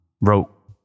wrote